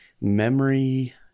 memory